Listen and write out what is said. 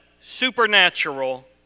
supernatural